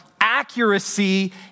accuracy